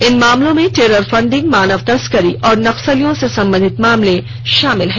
इन मामलों में terror funding मानव तस्करी और नक्सलियों से संबधित मामले शामिल हैं